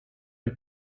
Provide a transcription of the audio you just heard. een